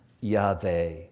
Yahweh